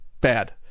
Bad